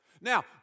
Now